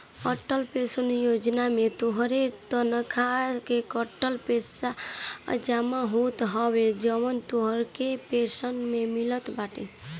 Atal pension योजना में तोहरे तनखा से कटल पईसा जमा होत हवे जवन तोहके पेंशन में मिलत बाटे